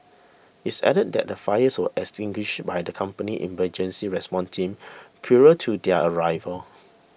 is added that the fires was extinguished by the company's emergency response team purer to their arrival